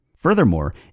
Furthermore